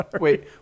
wait